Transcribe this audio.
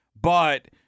but-